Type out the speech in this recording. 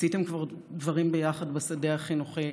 עשיתם כבר דברים ביחד בשדה החינוכי.